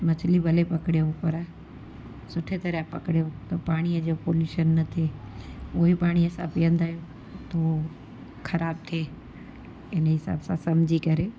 मछ्ली भले पकड़ियो पर सुठे तरहि पकड़ियो त पाणीअ जो पॉल्युशन न थिए उहो ई पाणी असां पीअंदा आहियूं उहो ख़राबु थिए इन जे हिसाब सां सम्झी करे